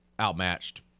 outmatched